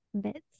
bits